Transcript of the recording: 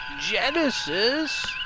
Genesis